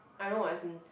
I know as in